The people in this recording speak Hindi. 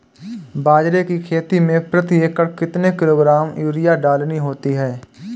बाजरे की खेती में प्रति एकड़ कितने किलोग्राम यूरिया डालनी होती है?